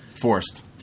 Forced